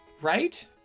right